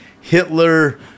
Hitler